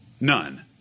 None